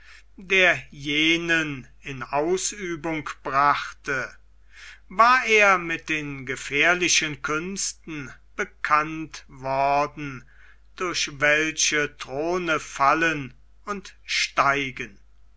der jenen in ausübung brachte war er mit den gefährlichen künsten bekannt worden durch welche throne fallen und steigen